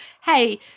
hey